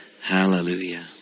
Hallelujah